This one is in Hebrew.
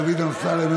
דוד אמסלם,